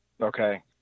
Okay